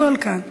הכול כאן.